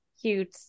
cute